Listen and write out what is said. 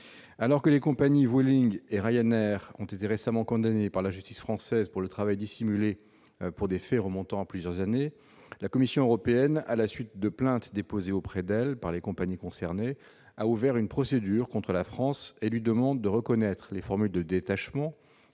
Alors que les compagnies Vueling et Ryanair ont été récemment condamnées par la justice française pour travail dissimulé pour des faits remontant à plusieurs années, la Commission européenne, à la suite de plaintes déposées auprès d'elle par les compagnies concernées, a ouvert une procédure contre la France et lui demande de reconnaître les formulaires de détachement,